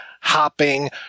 hopping